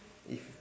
if